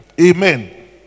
Amen